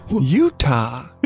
Utah